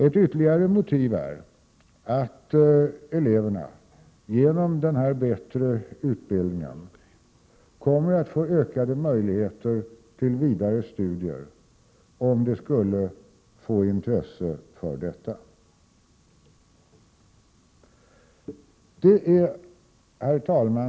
Ett ytterligare motiv är att eleverna genom denna bättre utbildning kommer att få ökade möjligheter till vidare studier om de skulle få intresse för detta. Herr talman!